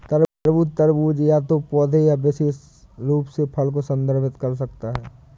खरबूज, तरबूज या तो पौधे या विशेष रूप से फल को संदर्भित कर सकता है